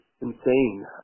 insane